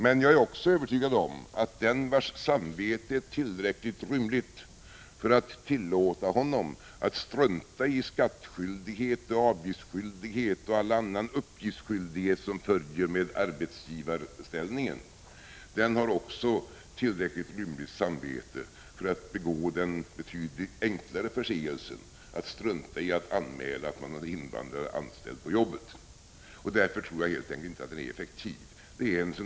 Men jag är också övertygad om att den vars samvete är tillräckligt rymligt för att tillåta honom att strunta i skattskyldighet, avgiftsskyldighet och all annan uppgiftsskyldighet som följer med arbetsgivarställningen också har tillräckligt rymligt samvete för att begå den betydligt enklare förseelsen att strunta i att anmäla att han har invandrare anställda på jobbet. Därför tror jag helt enkelt inte att uppgiftsskyldigheten är effektiv.